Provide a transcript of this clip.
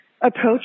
approach